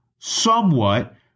somewhat